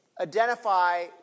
identify